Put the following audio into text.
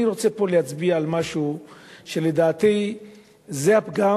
אני רוצה להצביע על משהו שלדעתי זה פגם